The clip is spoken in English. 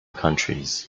countries